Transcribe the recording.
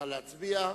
נא להצביע.